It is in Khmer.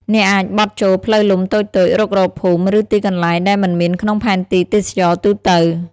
អ្នកអាចបត់ចូលផ្លូវលំតូចៗ រុករកភូមិ ឬទីកន្លែងដែលមិនមានក្នុងផែនទីទេសចរណ៍ទូទៅ។